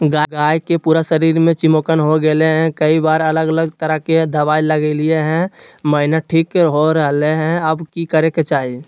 गाय के पूरा शरीर में चिमोकन हो गेलै है, कई बार अलग अलग तरह के दवा ल्गैलिए है महिना ठीक हो रहले है, अब की करे के चाही?